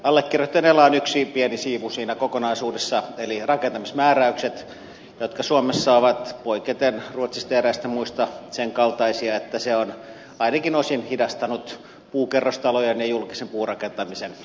allekirjoittaneella on yksi pieni siivu siinä kokonaisuudessa eli rakentamismääräykset jotka suomessa ovat poiketen ruotsista ja eräistä muista sen kaltaisia että se on ainakin osin hidastanut puukerrostalojen ja julkisen puurakentamisen edistymistä